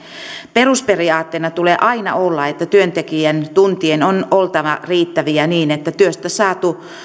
perusperiaatteena tulee aina olla että työntekijän tuntien on oltava riittäviä niin että työstä saatu